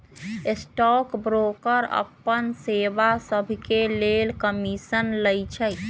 stock broker अप्पन सेवा सभके लेल कमीशन लइछइ